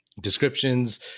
descriptions